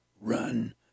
run